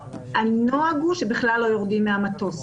הנוהג הוא שבכלל לא יורדים מהמטוס.